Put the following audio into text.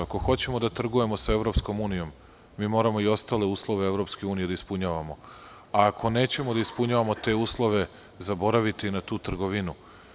Ako hoćemo da trgujemo sa EU mi moramo i ostale uslove EU da ispunjavamo, a ako nećemo da ispunjavamo te uslove zaboravite na tu trgovinu.